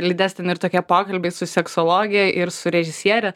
lydės ten ir tokie pokalbiai su seksologe ir su režisiere